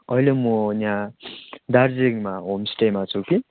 अहिले म यहाँ दार्जिलिङमा होमस्टेमा छु कि